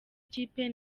ikipe